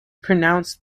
pronounced